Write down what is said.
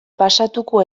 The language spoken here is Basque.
pasatuko